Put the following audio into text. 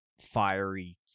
fiery